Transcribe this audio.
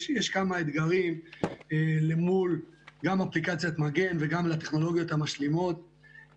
יש כמה אתגרים למול אפליקציית מגן וגם לטכנולוגיות המשלימות.